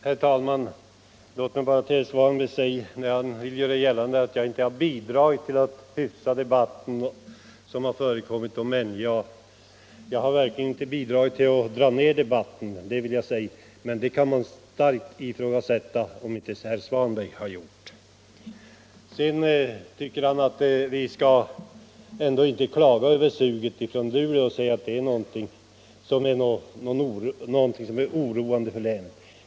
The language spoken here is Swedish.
Herr talman! Låt mig bara säga till herr Svanberg, när han vill göra gällande att jag inte har bidragit till att hyfsa den debatt som har förekommit om NJA, att jag verkligen inte har medverkat till att dra ned debatten. Man kan starkt ifrågasätta om inte herr Svanberg har gjort det. Sedan tycker han att vi ändå inte skall klaga över suget från Luleå och säga att det är oroande för länet.